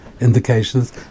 indications